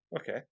Okay